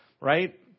right